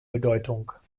bedeutung